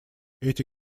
эти